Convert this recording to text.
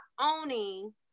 owning